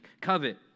covet